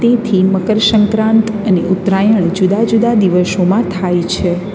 તેથી મકર સંક્રાંત અને ઉત્તરાયણ જુદા જુદા દિવસોમાં થાય છે